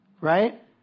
right